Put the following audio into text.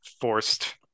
forced –